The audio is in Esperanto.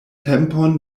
tempon